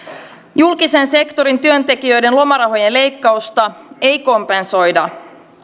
julkisen sektorin työntekijöiden lomarahojen leikkausta ei kompensoida